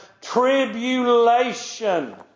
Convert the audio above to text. Tribulation